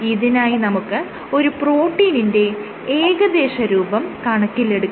ഇതിനായി നമുക്ക് ഒരു പ്രോട്ടീനിന്റെ ഏകദേശരൂപം കണക്കിലെടുക്കാം